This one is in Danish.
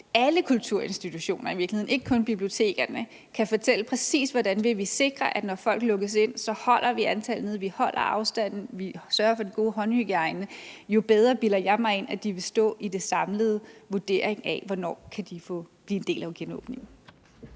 alle kulturinstitutioner og ikke kun bibliotekerne kan fortælle, hvordan de vil sikre, at når folk lukkes ind, holder man antallet nede, folk holder afstanden og sørger for den gode håndhygiejne, jo bedre bilder jeg mig ind at de vil stå i den samlede vurdering af, hvornår de kan blive en del af genåbningen.